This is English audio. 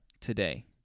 today